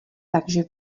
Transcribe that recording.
takže